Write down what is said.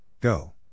Go